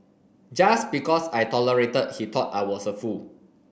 just because I tolerated he thought I was a fool